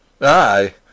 Aye